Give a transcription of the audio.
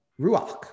ruach